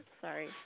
sorry